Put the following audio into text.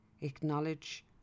acknowledge